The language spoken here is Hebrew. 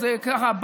אז ככה,